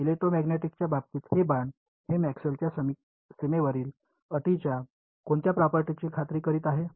इलेक्ट्रोमॅग्नेटिक्सच्या बाबतीत हे बाण हे मॅक्सवेलच्या सीमेवरील अटींच्या कोणत्या प्रॉपर्टीची खात्री करीत आहे